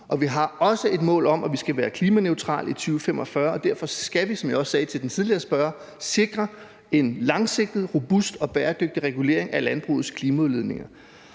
Og vi har også et mål om, at vi skal være klimaneutrale i 2045, og derfor skal vi, som jeg også sagde til den tidligere spørger, sikre en langsigtet, robust og bæredygtig regulering af landbrugets klimaudledninger.